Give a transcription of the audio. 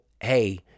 Hey